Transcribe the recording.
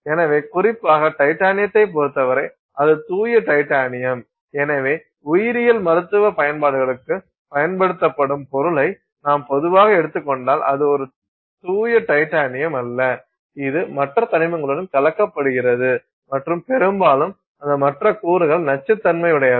எனவே குறிப்பாக டைட்டானியத்தைப் பொறுத்தவரை அது தூய டைட்டானியம் எனவே உயிரியல் மருத்துவ பயன்பாடுகளுக்குப் பயன்படுத்தப்படும் பொருளை நாம் பொதுவாக எடுத்துக் கொண்டால் அது தூய டைட்டானியம் அல்ல இது மற்ற தனிமங்களுடன் கலக்கப்படுகிறது மற்றும் பெரும்பாலும் அந்த மற்ற கூறுகள் நச்சுத்தன்மையுடையவை